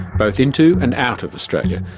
both into and out of australia,